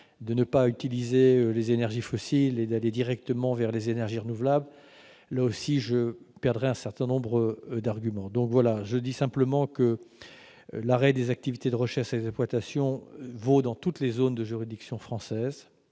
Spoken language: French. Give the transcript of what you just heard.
de ne pas utiliser les énergies fossiles pour aller directement vers les énergies renouvelables, je perdrais un certain nombre d'arguments. Je dis simplement que l'arrêt des activités de recherche et d'exploitation vaut dans toutes les zones de juridiction française,